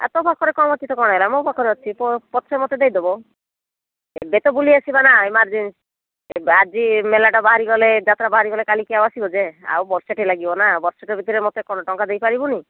ତୋ ପାଖରେ ଅଛି ତ କ'ଣ ହେଲା ମୋ ପାଖରେ ଅଛି ପଛେ ମତେ ଦେଇଦେବ ଏବେ ତ ବୁଲିଆସିବା ନା ଇମର୍ଜେନ୍ସି୍ ଆଜି ମେଳାଟା ବାହାରିଗଲେ ଯାତ୍ରା ବାହାରିଗଲେ କାଲିକି ଆଉ ଆସିବ ଯେ ଆଉ ବର୍ଷଟେ ଲାଗିବନା ବର୍ଷଟେ ଭିତରେ ମତେ କ'ଣ ଟଙ୍କା ଦେଇପାରିବୁନି